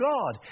God